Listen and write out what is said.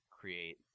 create